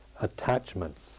attachments